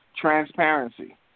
transparency